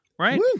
Right